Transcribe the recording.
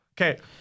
Okay